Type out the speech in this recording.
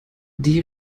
die